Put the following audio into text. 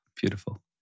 Beautiful